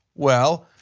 well,